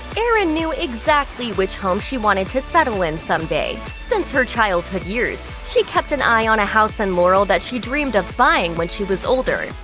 erin knew exactly which home she wanted to settle in some day. since her childhood years, she kept an eye on a house in laurel that she dreamed of buying when she was older.